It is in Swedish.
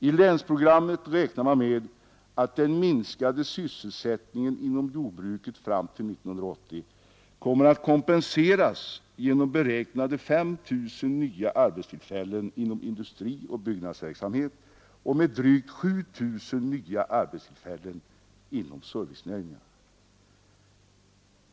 I länsprogrammet räknar man med att den minskade sysselsättningen inom jordbruket fram till 1980 kommer att kompenseras genom beräknade 5 000 nya arbetstillfällen inom industrioch byggnadsverksamhet och med drygt 7 000 nya arbetstillfällen inom servicenäringarna.